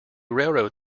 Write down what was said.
railroad